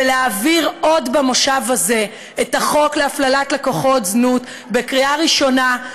להעביר עוד במושב הזה את החוק להפללת לקוחות זנות בקריאה ראשונה,